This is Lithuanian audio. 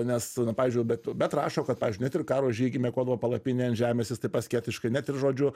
nes pavyzdžiui bet bet rašo kad pavyzdžiui net ir karo žygy nakvodavo palapinėj ant žemės jis taip asketiškai net ir žodžiu